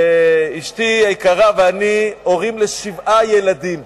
אשתי היקרה ואני הורים לשבעה ילדים.